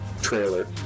trailer